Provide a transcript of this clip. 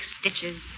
stitches